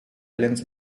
islands